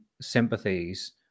sympathies